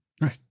right